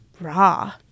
raw